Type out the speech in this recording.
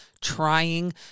trying